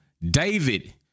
david